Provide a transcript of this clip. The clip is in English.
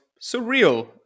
surreal